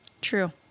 True